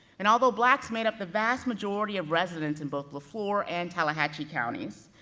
and although blacks made up the vast majority of residents in both laflore and tallahatchie counties,